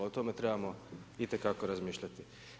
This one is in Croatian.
I o tome trebamo itekako razmišljati.